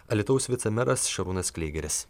alytaus vicemeras šarūnas klėgeris